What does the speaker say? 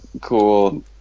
cool